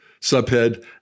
Subhead